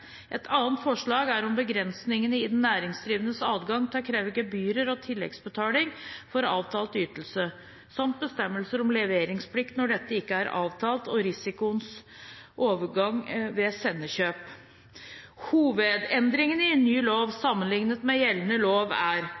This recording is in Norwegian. Et annet forslag er om begrensning i den næringsdrivendes adgang til å kreve gebyrer og tilleggsbetaling for avtalt ytelse, samt bestemmelser om leveringstidspunkt når dette ikke er avtalt, og risikoens overgang ved sendekjøp. Hovedendringene i ny lov sammenlignet med gjeldende lov er